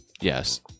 Yes